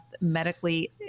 medically